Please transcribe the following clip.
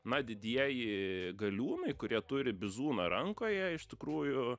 na didieji galiūnai kurie turi bizūną rankoje iš tikrųjų